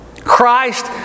Christ